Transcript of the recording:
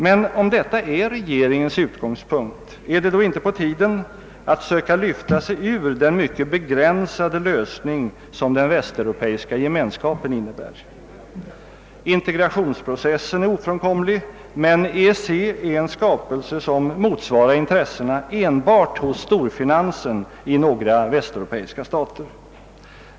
Men om detta är regeringens utgångspunkt, är det då inte på tiden att söka lyfta sig ur den mycket begränsade lösning som den västeuropeiska gemenskapen innebär? Integrationsprocessen är ofrånkomlig, men EEC är en skapelse som motsvarar intressena enbart hos storfinansen i några västeuropeiska stater.